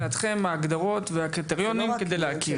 מהן ההגדרות, או הקריטריונים, להכרה בו?